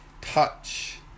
Touch